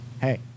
hey